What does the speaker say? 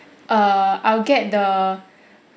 err I'll get the